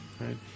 right